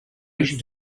asian